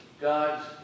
God's